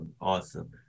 awesome